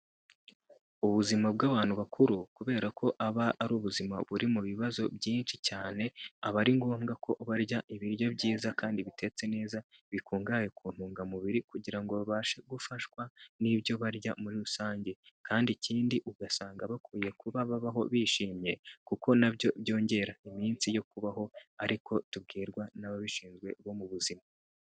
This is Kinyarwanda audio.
Ubuzima bw'abantu bakuru kubera ko aba ari ubuzima buri mu bibazo byinshi cyane, aba ari ngombwa ko barya ibiryo byiza kandi bitetse neza, bikungahaye ku ntungamubiri kugira ngo babashe gufashwa n'ibyo barya muri rusange kandi ikindi ugasanga bakwiye kuba babaho bishimye kuko na byo byongera iminsi yo kubaho ari ko tubwirwa n'ababishinzwe bo mu buzima.